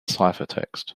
ciphertext